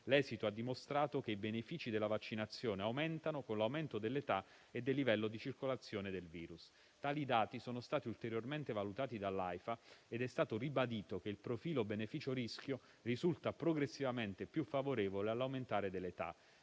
L'esito ha dimostrato che i benefici della vaccinazione aumentano con l'aumento dell'età e del livello di circolazione del virus. Tali dati sono stati ulteriormente valutati dall'Aifa ed è stato ribadito che il profilo beneficio-rischio risulta progressivamente più favorevole all'aumentare dell'età.